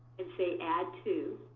and say add to,